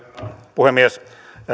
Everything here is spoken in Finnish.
puhemies